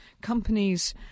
companies